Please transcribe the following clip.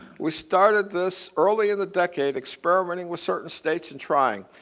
we started this earlier in the decade, experimenting with certain states and trying.